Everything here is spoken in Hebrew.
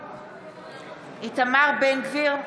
בעד איתמר בן גביר,